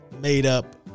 made-up